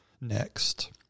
next